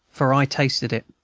for i tasted it.